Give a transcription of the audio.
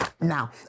Now